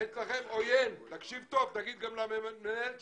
תגיד את זה גם למנהל שלך.